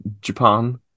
Japan